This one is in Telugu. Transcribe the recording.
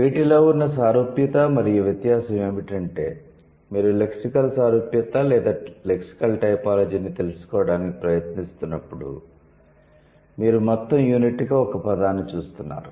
వీటిలో ఉన్న సారూప్యత మరియు వ్యత్యాసం ఏమిటంటే మీరు లెక్సికల్ సారూప్యత లేదా లెక్సికల్ టైపోలాజీని తెలుసుకోవడానికి ప్రయత్నిస్తున్నప్పుడు మీరు మొత్తం యూనిట్గా ఒక పదాన్ని చూస్తున్నారు